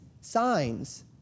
signs